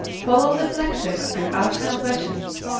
follow the flagship and ask no questions.